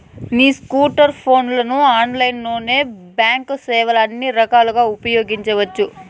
నీ స్కోర్ట్ ఫోన్లలో ఆన్లైన్లోనే బాంక్ సేవల్ని అన్ని రకాలుగా ఉపయోగించవచ్చు